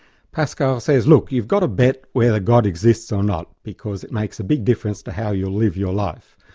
pascal says, look, you've got to bet whether god exists or not, because it makes a big difference to how you live your life.